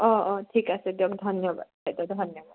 অঁ অঁ ঠিক আছে দিয়ক ধন্যবাদ বাইদেউ ধন্যবাদ